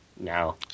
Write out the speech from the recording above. no